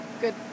good